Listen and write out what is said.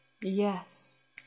Yes